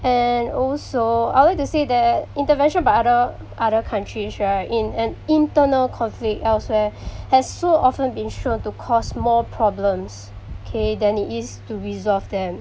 and also I would like to see that intervention by other other countries right in an internal conflict elsewhere has so often been shown to cause more problems okay than it is to resolve them